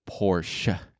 Porsche